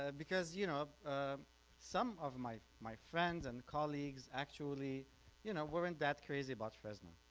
ah because you know some of my my friends and colleagues actually you know weren't that crazy about fresno.